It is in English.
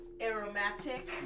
aromatic